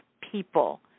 people